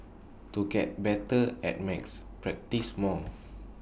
to get better at max practise more